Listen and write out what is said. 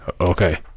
Okay